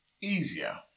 easier